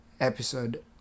episode